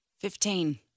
Fifteen